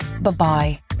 Bye-bye